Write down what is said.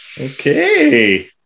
okay